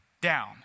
down